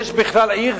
יש בכלל עיר?